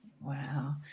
Wow